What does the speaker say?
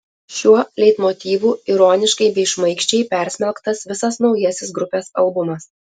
šiuo leitmotyvu ironiškai bei šmaikščiai persmelktas visas naujasis grupės albumas